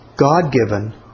God-given